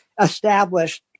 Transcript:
established